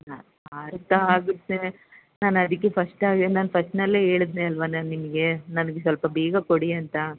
ಹಾಂ ಅರ್ಥ ಆಗುತ್ತೆ ನಾನು ಅದಕ್ಕೆ ಫಸ್ಟಾಗೆ ನಾನು ಫಸ್ಟ್ನಲ್ಲೇ ಹೇಳಿದ್ದೆ ಅಲ್ವ ನಾನು ನಿಮಗೆ ನನಗೆ ಸ್ವಲ್ಪ ಬೇಗ ಕೊಡಿ ಅಂತ